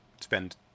spend